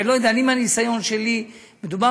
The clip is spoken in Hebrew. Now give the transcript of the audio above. אני לא יודע, אני, מהניסיון שלי, מדובר